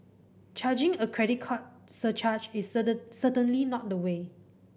charging a credit card surcharge is certain certainly not the way